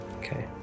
Okay